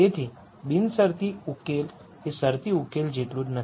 તેથી બિનશરતી સોલ્યુશન એ શરતી સોલ્યુશન જેટલું જ નથી